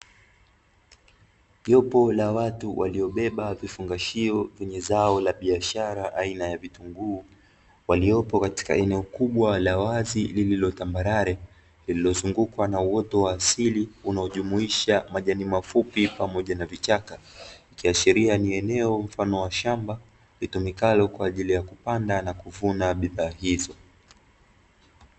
Jopo la watu waliobeba vifungashio kwenye zao la biashara aina ya vitunguu, waliopo katika eneo kubwa la wazi lililo tambarare, lililozungukwa na uoto wa asili unaojumuisha majani mafupi pamoja na vichaka, likiashiria ni eneo mfano wa shamba, litumikalo kwa ajili ya kupanda na kuvuna bidhaa hizo.